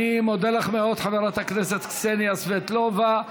אני מודה לך מאוד, חברת הכנסת קסניה סבטלובה.